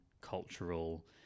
cultural